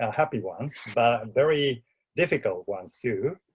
ah happy ones, but very difficult ones too.